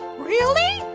really?